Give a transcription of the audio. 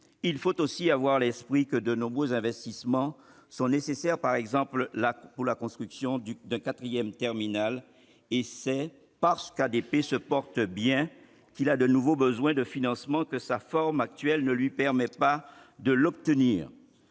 Il faut aussi garder à l'esprit que de nouveaux investissements sont nécessaires, par exemple pour la construction d'un quatrième terminal. C'est parce qu'ADP se porte bien qu'il a de nouveaux besoins de financement ; sa forme actuelle ne lui permet pas de les obtenir.